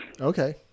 Okay